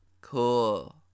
cool